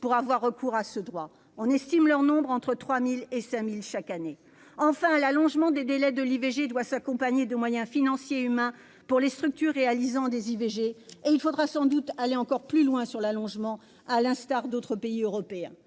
pour avoir recours à ce droit. On estime leur nombre entre 3 000 et 5 000 chaque année. Enfin, l'allongement du délai d'accès à l'IVG doit s'accompagner de moyens financiers et humains pour les structures réalisant des IVG. Il faudra sans doute aller encore plus loin en matière d'allongement du délai, à l'instar d'autres pays européens.